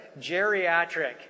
geriatric